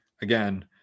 Again